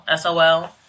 SOL